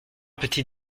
petit